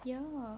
ya